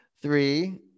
three